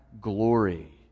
glory